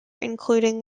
including